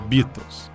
Beatles